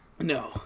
No